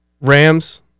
Rams